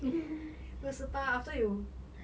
二十八 after you